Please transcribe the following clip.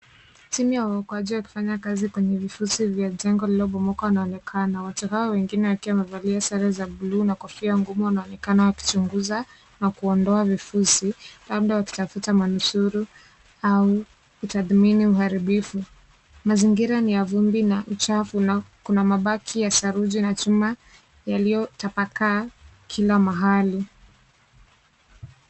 Timu ya waokoaji wakifanya kazi kwenye vifusi vya jengo lililobomoka wanaonekana. Watu hao wengine wakiwa wamevalia sare za bluu na kofia ngumu wanaonekana wakichunguza na kuondoa vifusi, labda wakitafuta manusuru au kutathmini uharibifu. Mazingira ni ya vumbi na uchafu na kuna mabaki ya saruji na chuma yaliyotapakaa kila mahali.